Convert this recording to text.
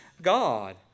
God